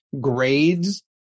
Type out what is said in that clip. grades